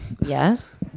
Yes